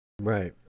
Right